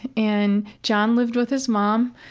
and john lived with his mom,